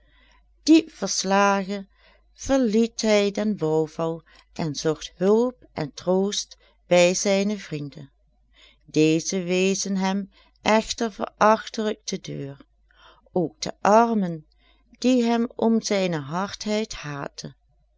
diep verslagen verliet hij den bouwval en zocht hulp en troost bij zijne vrienden deze wezen hem echter verachtelijk de deur ook de armen die hem om zijne hardheid haatten